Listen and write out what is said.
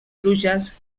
pluges